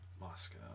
Moscow